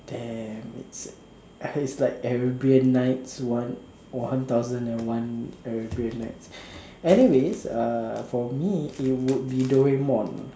damn it's like Arabian Nights one one thousand and one Arabian Nights anyways uh for me it would be Doraemon